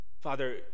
Father